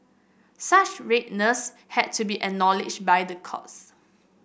such redress had to be acknowledged by the courts